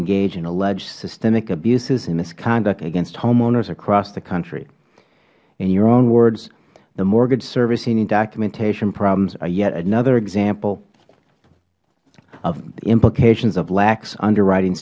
engage in alleged systemic abuses and misconduct against homeowners across the country in your own words the mortgage servicing and documentation problems are yet another example of the implications of lax underwriting